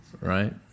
right